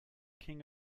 king